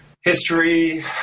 history